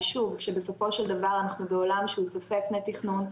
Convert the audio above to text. ושוב כשבסופו של דבר אנחנו בעולם שהוא צופה פני תכנון,